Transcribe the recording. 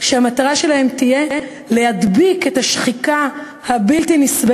שהמטרה שלהם תהיה להדביק את השחיקה הבלתי-נסבלת